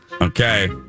Okay